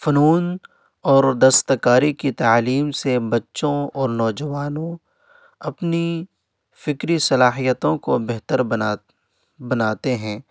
فنون اور دستکاری کی تعلیم سے بچوں اور نوجوانوں اپنی فکری صلاحیتوں کو بہتر بناتے ہیں